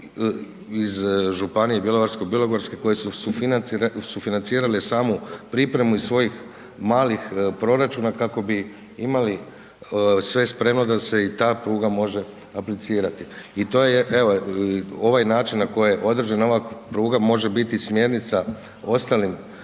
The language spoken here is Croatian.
iz županije Bjelovarsko-bilogorske koje su sufinancirale samu pripremu iz svojih malih proračuna kako bi imali sve spremno da se i ta pruga može aplicirati i to je evo, ovaj način na koji je odrađena ova pruga, može biti smjernica ostalim